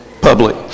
public